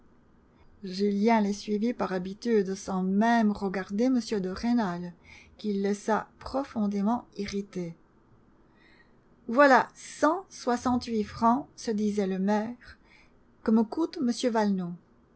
julien les suivit par habitude sans même regarder m de rênal qu'il laissa profondément irrité voilà cent soixante-huit francs se disait le maire que me coûte